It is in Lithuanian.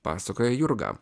pasakoja jurga